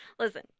Listen